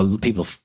People